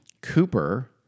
Cooper